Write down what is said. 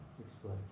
explain